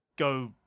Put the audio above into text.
go